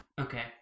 Okay